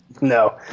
No